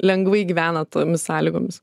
lengvai gyvena tomis sąlygomis